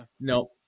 No